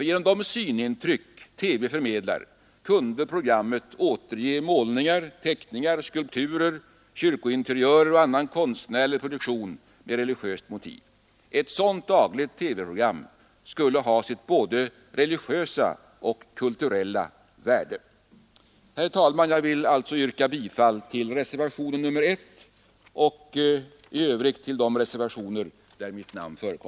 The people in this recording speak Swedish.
Genom de synintryck TV förmedlar kunde programmet återge målningar, teckningar, skulpturer, kyrkointeriörer och annan konstnärlig produktion med religöst motiv. Ett sådant dagligt TV-program skulle ha sitt både religösa och kulturella värde. Herr talman! Jag yrkar bifall till reservationerna 1, 2 och 4.